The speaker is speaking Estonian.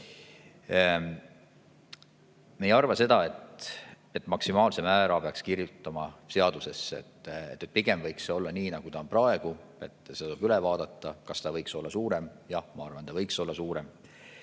Me ei arva seda, et maksimaalse määra peaks kirjutama seadusesse. Pigem võiks see olla nii, nagu on praegu. See tuleb üle vaadata, kas summa võiks olla suurem. Jah, ma arvan, et see võiks olla suurem.